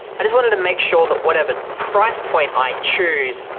i just wanted to make sure that whatever price point i choose,